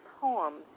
poems